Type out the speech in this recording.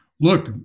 Look